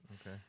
Okay